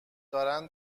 دارن